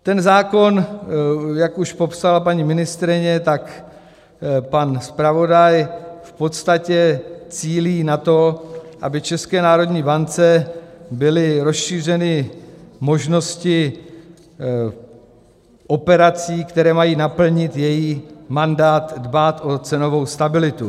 Ten zákon, jak už popsala paní ministryně, pan zpravodaj, v podstatě cílí na to, aby České národní bance byly rozšířeny možnosti operací, které mají naplnit její mandát dbát o cenovou stabilitu.